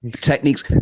techniques